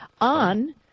on